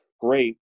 Great